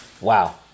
Wow